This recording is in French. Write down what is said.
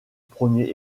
premier